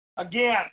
Again